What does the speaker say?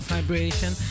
Vibration